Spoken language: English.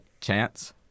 chance